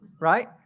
right